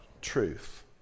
truth